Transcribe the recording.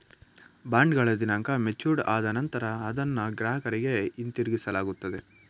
ಬಾಂಡ್ಗಳ ದಿನಾಂಕ ಮೆಚೂರ್ಡ್ ಆದ ನಂತರ ಅದನ್ನ ಗ್ರಾಹಕರಿಗೆ ಹಿಂತಿರುಗಿಸಲಾಗುತ್ತದೆ